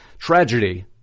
tragedy